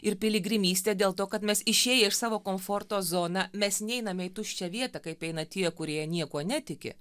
ir piligrimystė dėl to kad mes išėję iš savo komforto zoną mes neiname į tuščią vietą kaip eina tie kurie niekuo netiki